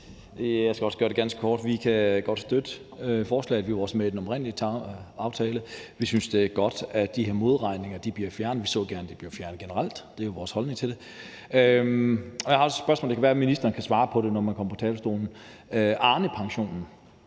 Jeg skal også gøre det ganske kort. Vi kan godt støtte forslaget. Vi var også med i den oprindelige aftale. Vi synes, det er godt, at de her modregninger bliver fjernet, og vi så gerne, at de generelt blev fjernet – det er vores holdning til det. Jeg har et spørgsmål, og det kan være, at ministeren kan svare på det, når han kommer på talerstolen. Arnepensionen